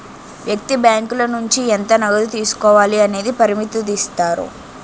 వ్యక్తి బ్యాంకుల నుంచి ఎంత నగదు తీసుకోవాలి అనేది పరిమితుదిస్తారు